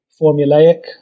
formulaic